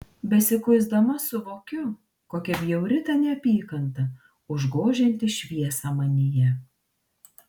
besikuisdama suvokiu kokia bjauri ta neapykanta užgožianti šviesą manyje